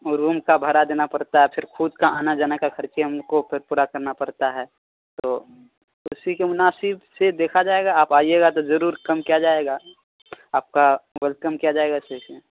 وہ روم کا بھاڑا دینا پڑتا ہے پھر خود کا آنا جانا کا خرچے ان کو پھر پورا کرنا پڑتا ہے تو اسی کے مناسب سے دیکھا جائے گا آپ آئیے گا تو ضرور کم کیا جائے گا آپ کا ویلکم کیا جائے گا اچھے سے